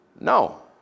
no